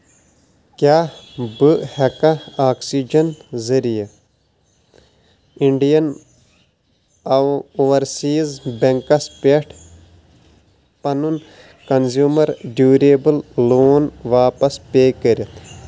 کیٛاہ بہٕ ہٮ۪کا آکسِجن ذٔریعہٕ اِنٛڈین اووَر سیٖز بیٚنٛکس پٮ۪ٹھ پَنُن کنٛزیٛوٗمر ڈیٛوٗریبٕل لون واپس پے کٔرِتھ؟